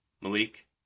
Malik